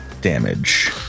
damage